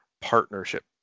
partnership